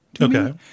okay